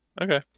Okay